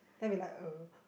then I'll be like uh